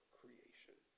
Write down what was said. creation